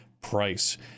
price